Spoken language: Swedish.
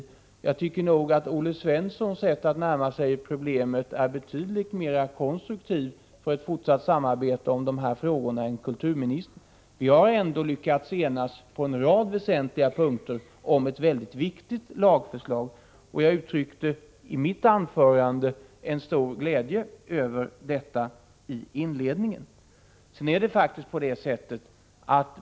Men jag tycker nog att Olle Svenssons sätt att närma sig problemet är betydligt mer konstruktivt för ett fortsatt samarbete om frågorna än kulturministerns. Vi har ändå lyckats enas på en rad väsentliga punkter i detta mycket viktiga lagförslag, och jag uttryckte i inledningen till mitt anförande en stor glädje över detta.